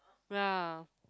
ya